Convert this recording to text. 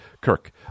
Kirk